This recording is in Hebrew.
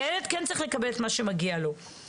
כי הילד כן צריך לקבל את מה שמגיע לו.